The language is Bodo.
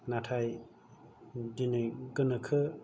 नाथाय दिनै गोनोखो